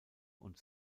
und